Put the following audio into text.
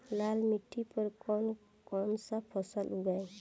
लाल मिट्टी पर कौन कौनसा फसल उगाई?